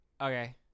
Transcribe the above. okay